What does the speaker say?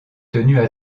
tenues